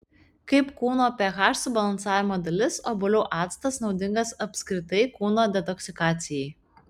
kaip kūno ph subalansavimo dalis obuolių actas naudingas apskritai kūno detoksikacijai